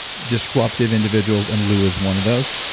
disruptive individuals, and lou is one of those.